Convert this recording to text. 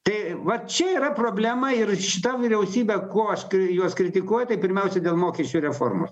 tai vat čia yra problema ir šita vyriausybė kuo aš juos kritikuoju tai pirmiausia dėl mokesčių reformos